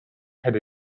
head